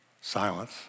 silence